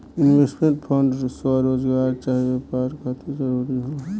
investment fund स्वरोजगार चाहे व्यापार खातिर जरूरी होला